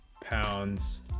pounds